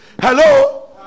hello